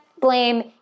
blame